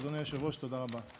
אדוני היושב-ראש, תודה רבה.